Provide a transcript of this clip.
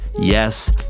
Yes